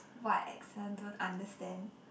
what accent don't understand